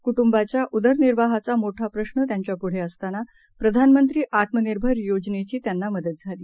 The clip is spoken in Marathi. कुटुंबाच्याउदरनिर्वाहाचामोठाप्रश्रत्यांच्यापुढेअसतानाप्रधानमंत्रीआत्मनिर्भरयोजनेचीत्यांनामदतझाली